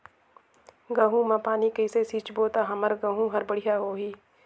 गहूं म पानी कइसे सिंचबो ता हमर गहूं हर बढ़िया होही?